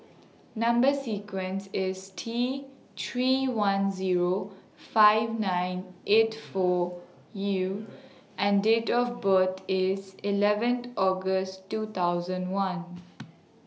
Number sequence IS T three one Zero five nine eight four U and Date of birth IS eleventh August two thousand one